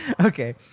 Okay